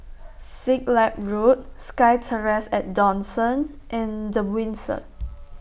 Siglap Road SkyTerrace At Dawson and The Windsor